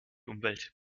umwelt